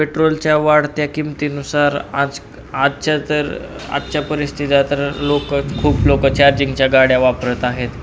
पेट्रोलच्या वाढत्या किमतीनुसार आज आजच्या तर आजच्या परिस्थिती तर लोकं खूप लोकं चार्जिंगच्या गाड्या वापरत आहेत